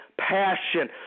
passion